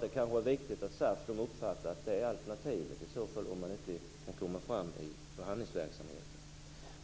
Det kan vara viktigt att SAF uppfattar det alternativet om det inte går att komma fram till något i förhandlingsverksamheten.